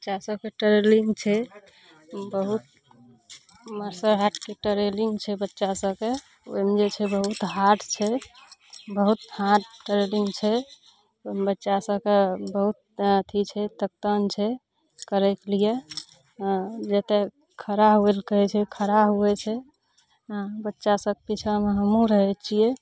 बच्चा सबके ट्रेनिंग छै बहुत मार्शल हार्टके ट्रेनिंग छै बच्चा सबके ओहिमे जे छै बहुत हार्ड छै बहुत हार्ड ट्रेनिंग छै ओहिमे बच्चा सबके बहुत अथी छै तकतान छै करैके लिए जते खड़ा होबयलए कहै छै खरा होइ छै बच्चा सबके पीछाँमे हमहूँ रहै छियै